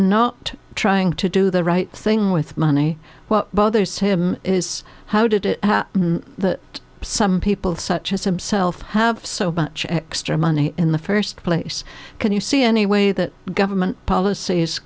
not trying to do the right thing with money well bothers him is how did some people such as himself have so much extra money in the first place can you see any way that government policies